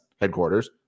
headquarters